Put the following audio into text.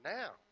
now